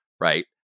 right